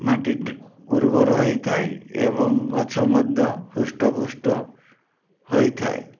ମାଟି ଉର୍ବର ହେଇଥାଏ ଏବଂ ଗଛ ମଧ୍ୟ ହୃଷ୍ଟ ପୃଷ୍ଟ ହୋଇଥାଏ